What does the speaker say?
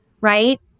right